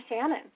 Shannon